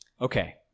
Okay